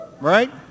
right